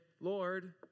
Lord